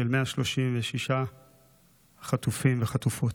של 136 חטופים וחטופות.